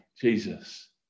Jesus